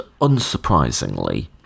unsurprisingly